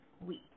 week